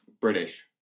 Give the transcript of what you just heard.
British